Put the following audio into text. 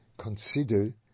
consider